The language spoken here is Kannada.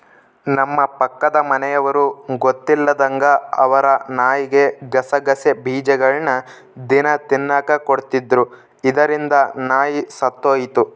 ನಮ್ಮ ಪಕ್ಕದ ಮನೆಯವರು ಗೊತ್ತಿಲ್ಲದಂಗ ಅವರ ನಾಯಿಗೆ ಗಸಗಸೆ ಬೀಜಗಳ್ನ ದಿನ ತಿನ್ನಕ ಕೊಡ್ತಿದ್ರು, ಇದರಿಂದ ನಾಯಿ ಸತ್ತೊಯಿತು